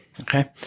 Okay